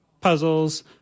puzzles